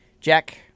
Jack